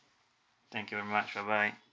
thank you very much bye bye